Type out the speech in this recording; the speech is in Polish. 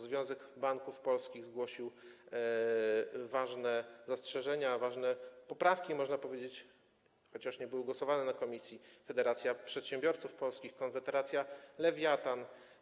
Związek Banków Polskich zgłosił ważne zastrzeżenia, ważne poprawki, można powiedzieć, chociaż nie były poddane pod głosowanie w komisji, Federacja Przedsiębiorców Polskich, Konfederacja Lewiatan.